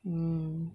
mm